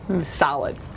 Solid